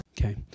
Okay